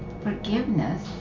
forgiveness